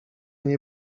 nie